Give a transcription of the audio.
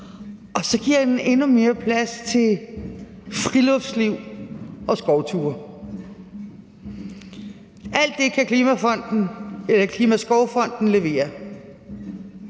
og så giver den endnu mere plads til friluftsliv og skovture. Alt det kan Klimaskovfonden levere.